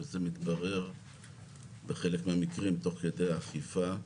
וזה מתברר בחלק מהמקרים תוך כדי האכיפה.